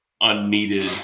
unneeded